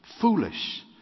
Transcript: Foolish